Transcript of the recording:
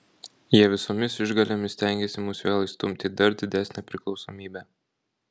jie visomis išgalėmis stengiasi mus vėl įstumti į dar didesnę priklausomybę